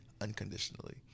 unconditionally